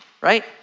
right